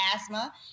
asthma